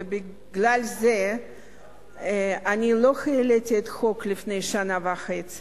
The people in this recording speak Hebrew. ובגלל זה לא העליתי את החוק לפני שנה וחצי,